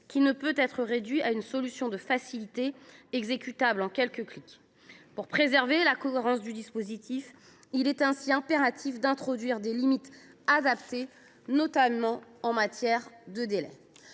Elle ne saurait être réduite à une solution de facilité, exécutable en quelques clics. Pour préserver la cohérence du dispositif, il est impératif d’introduire des limites adaptées, notamment en matière de délais.